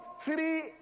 three